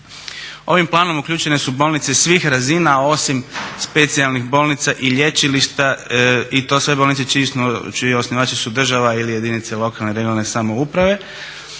Ovim planom uključene su bolnice svih razina osim specijalnih bolnica i lječilišta i to sve bolnice čiji su osnivači država ili jedince lokalne, regionalne samouprave.